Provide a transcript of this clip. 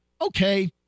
okay